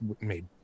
made